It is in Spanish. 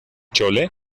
chole